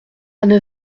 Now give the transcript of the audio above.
neuf